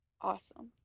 Awesome